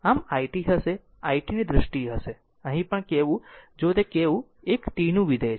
આમ i t હશે i t ની દ્રષ્ટિએ હશે અહીં પણ કહેવું જો તે કહેવું એક t નું વિધેય છે